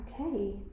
Okay